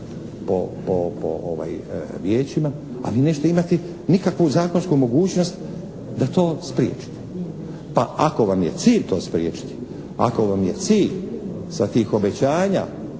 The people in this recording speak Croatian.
po vijećima, a vi nećete imati nikakvu zakonsku mogućnost da to spriječite. Pa ako vam je cilj to spriječiti, ako vam je cilj sa tih obećanja